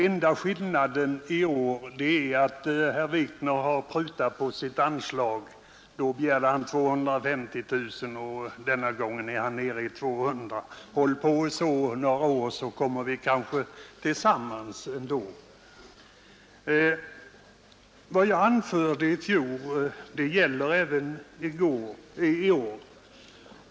Enda skillnaden i år är att herr Wikner har prutat på sitt anslagsyrkande. Då begärde han 250 000 kronor. Denna gång är han nere i 200 000. Håll på så några år så kommer vi kanske tillsammans ändå! Vad jag anförde i fjol gäller även i år.